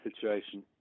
situation